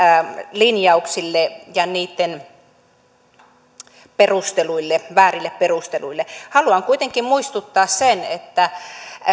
linjauksille ja niitten väärille perusteluille haluan kuitenkin muistuttaa että